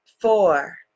four